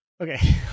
Okay